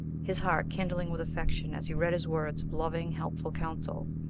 his heart kindling with affection as he read his words of loving, helpful counsel.